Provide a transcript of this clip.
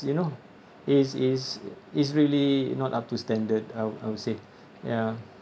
you know it's it's it's really not up to standard I'd I would say ya